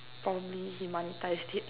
probably he monetised it